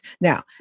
Now